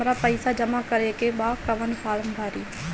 हमरा पइसा जमा करेके बा कवन फारम भरी?